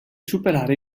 superare